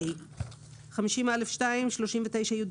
50א139יד(א)ה